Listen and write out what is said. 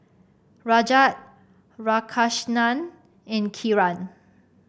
Rajat Radhakrishnan and Kiran